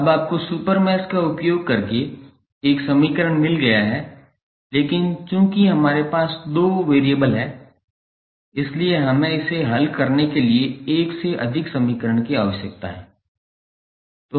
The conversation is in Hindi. अब आपको सुपर मैश का उपयोग करके एक समीकरण मिल गया है लेकिन चूंकि हमारे पास दो चर हैं इसलिए हमें इसे हल करने के लिए एक से अधिक समीकरण की आवश्यकता है